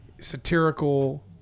satirical